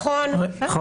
נכון.